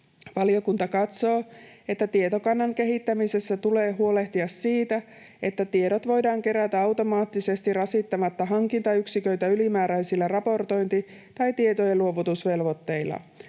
Valiokunta katsoo, että tietokannan kehittämisessä tulee huolehtia siitä, että tiedot voidaan kerätä automaattisesti rasittamatta hankintayksiköitä ylimääräisillä raportointi‑ tai tietojenluovutusvelvoitteilla.